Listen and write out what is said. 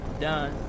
done